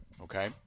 Okay